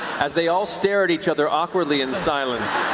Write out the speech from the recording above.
as they all stare at each other awkwardly in silence.